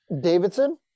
Davidson